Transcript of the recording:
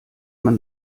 man